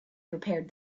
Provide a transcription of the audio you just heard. prepared